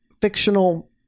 fictional